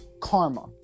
karma